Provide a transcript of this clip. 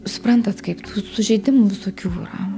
suprantat kaip tų sužeidimų visokių yra